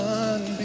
one